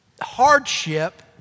hardship